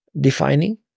defining